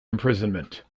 imprisonment